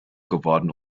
geworden